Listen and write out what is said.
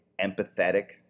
empathetic